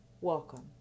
Welcome